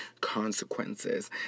consequences